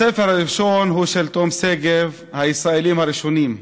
הספר הראשון הוא של תום שגב, "הישראלים הראשונים",